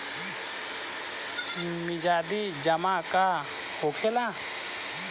मियादी जमा का होखेला?